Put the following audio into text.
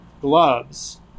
gloves